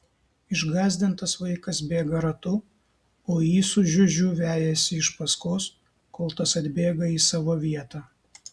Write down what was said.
išgąsdintas vaikas bėga ratu o jį su žiužiu vejasi iš paskos kol tas atbėga į savo vietą